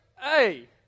hey